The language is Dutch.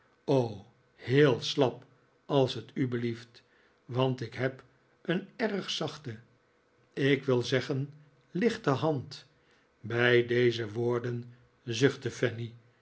heel slap als het u belieft want ik heb een erg zachte ik wil zeggen lichte hand bij deze woorden